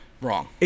wrong